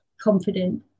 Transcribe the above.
confident